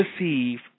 receive